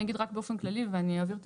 אני אגיד רק באופן כללי ואני אעביר את